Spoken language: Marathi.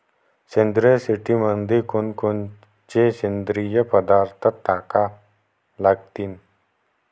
सेंद्रिय शेतीमंदी कोनकोनचे सेंद्रिय पदार्थ टाका लागतीन?